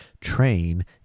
train